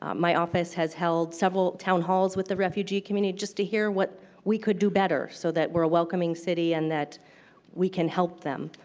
um my office has held several town halls with the refugee community just to hear what we could better so that we're a welcoming city and that we can help them